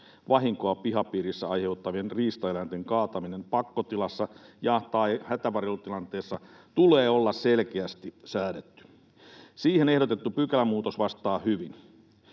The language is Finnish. vahinkoa pihapiirissä aiheuttavien riistaeläinten kaatamisesta pakkotilassa ja/tai hätävarjelutilanteessa tulee olla selkeästi säädetty. Siihen ehdotettu pykälämuutos vastaa hyvin.